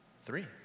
Three